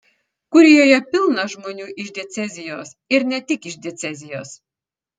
kurijoje pilna žmonių iš diecezijos ir ne tik iš diecezijos